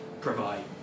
provide